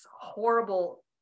horrible